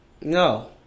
No